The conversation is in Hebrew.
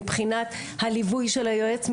מבחינת הליווי של היועץ,